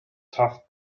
tough